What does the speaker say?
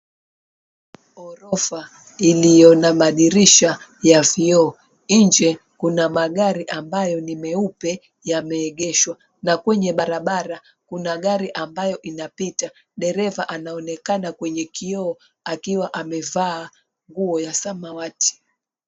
Ghorofa iliyo na madirisha ya vioo nje kuna magari ambayo ni meupe yameegeshwa na kwenye barabara kuna gari ambayo inapita, dereva anaonekana kwenye kioo akiwa amevaa nguo ya samawati.